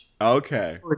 Okay